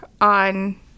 on